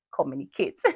communicate